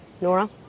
Nora